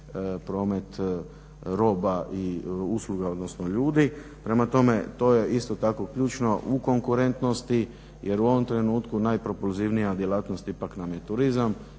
promet roba i usluga, odnosno ljudi. Prema tome, to je isto tako ključno u konkurentnosti. Jer u ovom trenutku najpropulzivnija djelatnost ipak nam je turizam